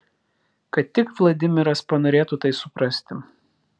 kad tik vladimiras panorėtų tai suprasti